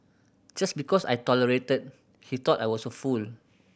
just because I tolerated he thought I was a fool